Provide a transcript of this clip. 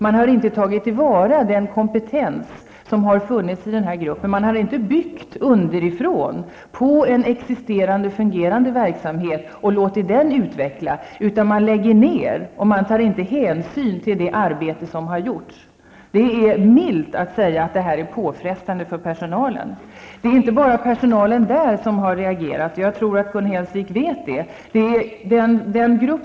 Man har inte tagit till vara kompetens som har funnits i gruppen. Man har inte byggt underifrån på en existerande fungerande verksamhet och låtit den utvecklas. Man lägger ned och tar inte hänsyn till det arbete som har gjorts. Det är milt sagt påfrestande för personalen. Det är inte bara personalen vid Österåkersanstalten som har reagerat, det tror jag Gun Hellsvik känner till.